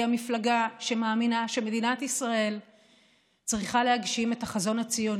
היא המפלגה שמאמינה שמדינת ישראל צריכה להגשים את החזון הציוני: